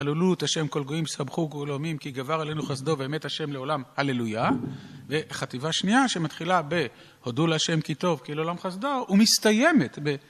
הלולו את השם כל גויים, סבכו גאולומים, כי גבר עלינו חסדו, והמת השם לעולם, הללויה. וחטיבה שנייה שמתחילה בהודו להשם כי טוב, כי לעולם חסדו, ומסתיימת ב...